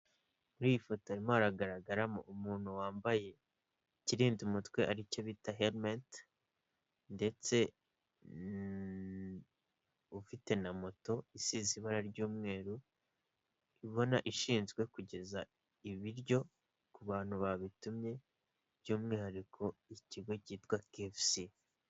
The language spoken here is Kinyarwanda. Muri iyi foto haragaragaramo umuntu wambaye ikirinda umutwe aricyo bita hedimenti, ndetse ufite na moto isize ibara ry'umweru, ubona ishinzwe kugeza ibiryo ku bantu babitumye by'umwihariko ikigo kitwa kifusi.